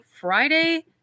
Friday